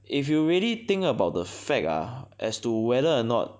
if you really think about the fact ah as to whether or not